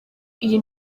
iyi